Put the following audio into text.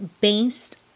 based